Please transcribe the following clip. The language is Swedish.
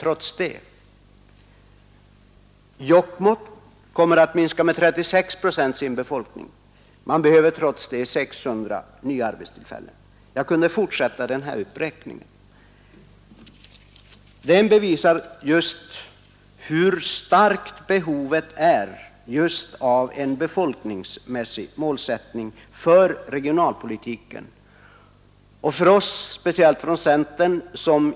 Jokkmokks kommun kommer att minska sin befolkning med 36 procent men behöver 600 nya arbetstillfällen. Jag kunde fortsätta denna uppräkning från ytterligare sex kommuner med samma tendens, men exemplen räcker.